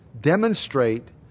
demonstrate